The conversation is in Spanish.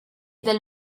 del